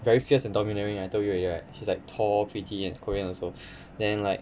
very fierce and domineering lah I told you already right she's like tall pretty and korean also then like